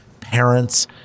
parents –